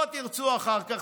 לא תרצו אחר כך,